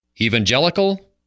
Evangelical